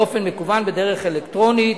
באופן מקוון, בדרך אלקטרונית.